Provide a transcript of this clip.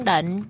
Định